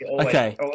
Okay